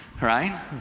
right